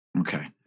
Okay